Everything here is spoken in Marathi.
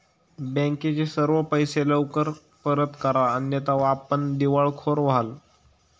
बँकेचे सर्व पैसे लवकर परत करा अन्यथा आपण दिवाळखोर व्हाल